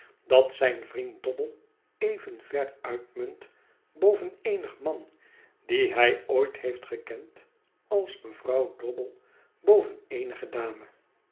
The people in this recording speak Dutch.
dat zijn vriend dobble even ver uitmunt boven eenig man dien hij ooit heeft gekend als mevrouw dobble boven eenige dame